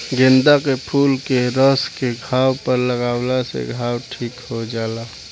गेंदा के फूल के रस के घाव पर लागावला से घाव ठीक हो जाला